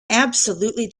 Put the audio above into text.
absolutely